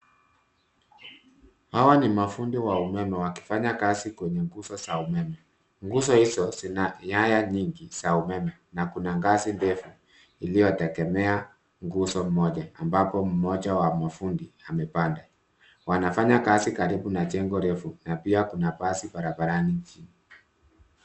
Hawa ni mafundi wa umeme wakifanya kazi kwenye nguzo za umeme. Nguzo hizo zina nyaya nyingi za umeme na kuna ngazi ndefu iliyoegemea nguzo moja ambapo moja ya mafundi amepanda. Wanafanya kazi karibu na jengo refu na pia kuna basi barabarani.